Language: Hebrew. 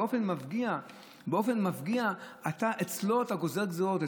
באופן מפגיע אצלו אתה גוזר גזרות,